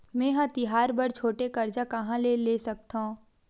मेंहा तिहार बर छोटे कर्जा कहाँ ले सकथव?